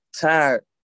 Tired